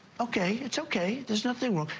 okay. it's okay. there's nothing wrong.